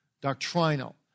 doctrinal